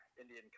Indian